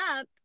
up